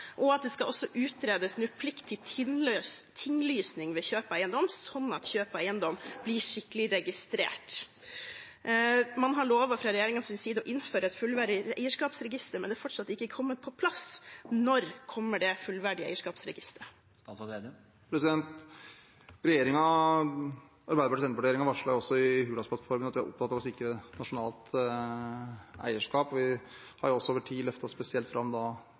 og at det også skal utredes plikt til tinglysning ved kjøp av eiendom, slik at kjøp av eiendom blir skikkelig registrert. Man har lovt fra regjeringens side å innføre et fullverdig eierskapsregister, men det er fortsatt ikke kommet på plass. Når kommer det fullverdige eierskapsregistret? Arbeiderparti–Senterparti-regjeringen varslet også i Hurdalsplattformen at vi er opptatt av å sikre nasjonalt eierskap. Vi har også over tid løftet spesielt fram